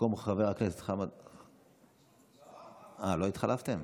במקום חבר הכנסת חמד, אה, לא התחלפתם?